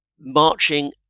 marching